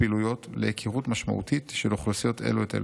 פעילויות להיכרות משמעותית של האוכלוסיות אלו את אלו.